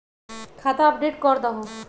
खाता अपडेट करदहु?